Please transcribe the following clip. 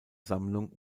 sammlung